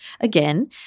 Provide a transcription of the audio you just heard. again